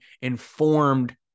informed